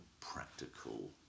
practical